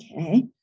Okay